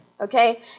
okay